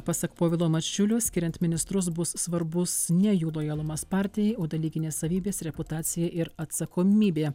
pasak povilo mačiulio skiriant ministrus bus svarbus ne jų lojalumas partijai o dalykinės savybės reputacija ir atsakomybė